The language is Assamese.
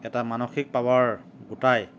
এটা মানসিক পাৱাৰ গোটাই